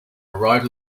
arrived